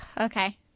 okay